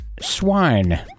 swine